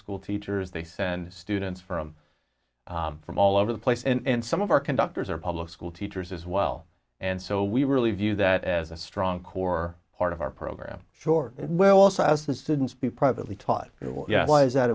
school teachers they send students from from all over the place and some of our conductors are public school teachers as well and so we really view that as a strong core part of our program short well also as the siddons be privately taught why is that